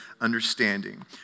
understanding